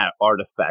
artifact